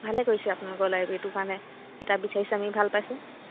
ভালে কৰিছে আপোনালৰ লাইব্ৰেৰীটোৰ কাৰণে কিতাপ বিচাৰিছে আমি ভাল পাইছোঁ